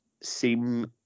seem